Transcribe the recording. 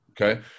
okay